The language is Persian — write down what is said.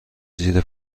زیر